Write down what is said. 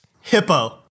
Hippo